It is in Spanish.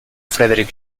frederic